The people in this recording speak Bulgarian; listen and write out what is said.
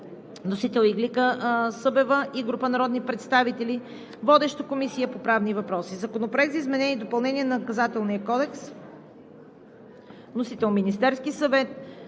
Вносители са Иглика Събева и група народни представители. Водеща е Комисията по правни въпроси. Законопроект за изменение допълнение на Наказателния кодекс. Вносител – Министерският съвет.